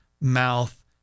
mouth